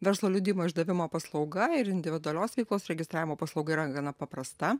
verslo liudijimo išdavimo paslauga ir individualios veiklos registravimo paslauga yra gana paprasta